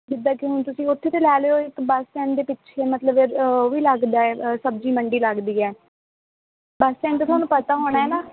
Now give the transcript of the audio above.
ਜਿੱਦਾਂ ਕਿ ਹੁਣ ਤੁਸੀਂ ਉੱਥੇ ਤੋਂ ਲੈ ਲਿਓ ਇੱਕ ਬੱਸ ਸਟੈਂਡ ਦੇ ਪਿੱਛੇ ਮਤਲਬ ਉਹ ਵੀ ਲੱਗਦਾ ਏ ਸਬਜ਼ੀ ਮੰਡੀ ਲੱਗਦੀ ਹੈ ਬੱਸ ਸਟੈਂਡ ਦਾ ਤੁਹਾਨੂੰ ਪਤਾ ਹੋਣਾ ਨਾ